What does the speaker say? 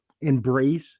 embrace